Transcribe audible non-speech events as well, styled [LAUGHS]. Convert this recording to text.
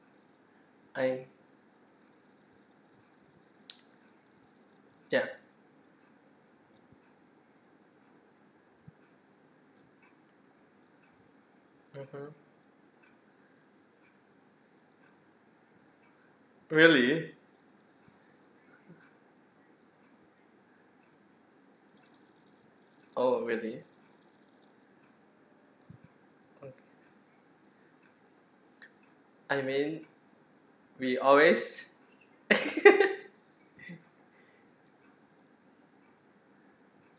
I ya mmhmm really oh really mm I mean we always [LAUGHS]